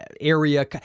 Area